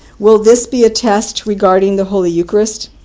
will this be a test regarding the holy eucharist?